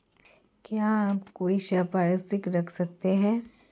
क्या आप कोई संपार्श्विक रख सकते हैं?